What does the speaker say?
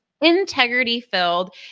integrity-filled